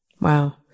Wow